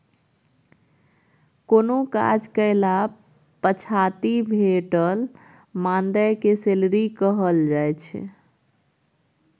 कोनो काज कएला पछाति भेटल मानदेय केँ सैलरी कहल जाइ छै